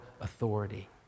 authority